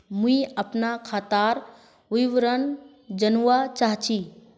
मुई अपना खातादार विवरण जानवा चाहची?